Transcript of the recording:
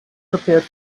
prepared